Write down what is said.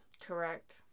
Correct